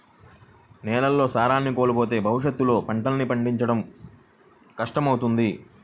నేలలు సారాన్ని కోల్పోతే భవిష్యత్తులో పంటల్ని పండించడం కష్టమవుతుంది